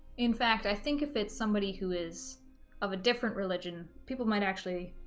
in fact i think if it's somebody who is of a different religion people might actually